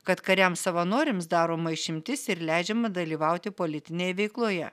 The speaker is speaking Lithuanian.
kad kariams savanoriams daroma išimtis ir leidžiama dalyvauti politinėj veikloje